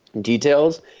details